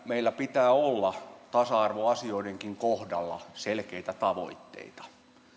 meillä pitää olla tasa arvoasioidenkin kohdalla selkeitä tavoitteita